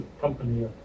company